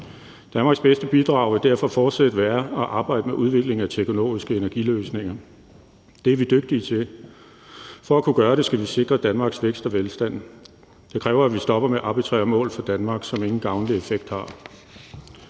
Danmarks bedste bidrag vil derfor fortsat være at arbejde med udvikling af teknologiske energiløsninger. Det er vi dygtige til. For at kunne gøre det skal vi sikre Danmarks vækst og velstand. Det kræver, at vi stopper med arbitrære mål for Danmark, som ingen gavnlig effekt har.